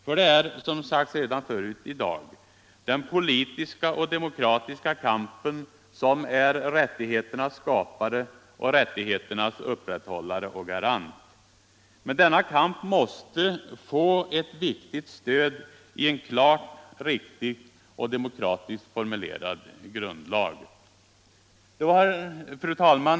För det är, som det sagts redan förut i dag, den politiska och demokratiska kampen som är rättigheternas skapare och rättigheternas upprätthållare och garant. Men denna kamp måste få ett viktigt stöd i en klart, riktigt och demokratiskt formulerad grundlag. Fru talman!